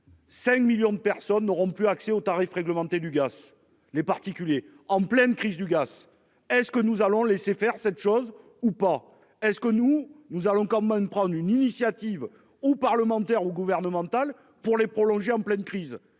5 millions de personnes n'auront plus accès aux tarifs réglementés du gaz. Les particuliers en pleine crise du gaz, est ce que nous allons laisser faire cette chose ou pas. Est-ce que nous nous allons quand même prendre une initiative ou parlementaire ou gouvernementale pour les prolonger en pleine crise